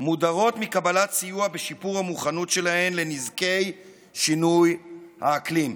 מודרות מקבלת סיוע בשיפור המוכנות שלהן לנזקי שינוי האקלים.